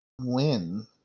win